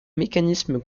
mécanismes